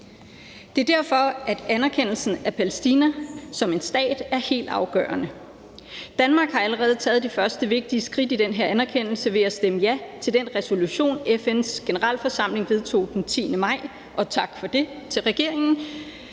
Det er derfor, at anerkendelsen af Palæstina som en stat er helt afgørende. Danmark har allerede taget de første vigtige skridt mod den her anerkendelse ved at stemme ja til den resolution, FN's Generalforsamling vedtog den 10. maj, og tak for det til regeringen,